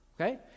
okay